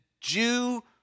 Jew